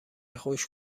خوش